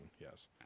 yes